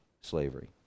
slavery